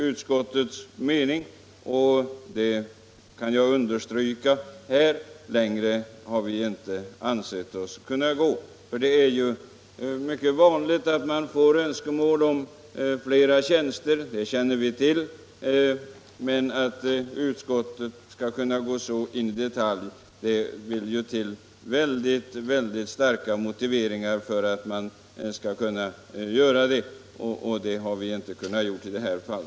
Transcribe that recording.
Utskottet har inte ansett sig kunna gå längre. Det är mycket vanligt att det kommer in önskemål om flera tjänster, men det vill till mycket starka motiv för att utskottet skall kunna gå in i detalj i en sådan här fråga. Det har vi inte kunnat göra i detta fall.